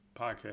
podcast